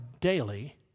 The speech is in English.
daily